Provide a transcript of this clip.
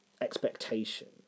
expectation